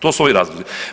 To su ovi razlozi.